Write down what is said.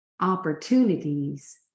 opportunities